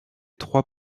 trois